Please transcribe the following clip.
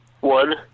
One